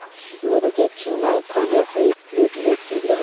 दूध के छेना खइले से प्लेटलेट ठीक रहला